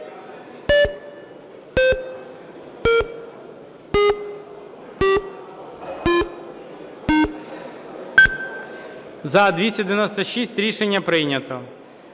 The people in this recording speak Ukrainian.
За-223 Рішення прийнято.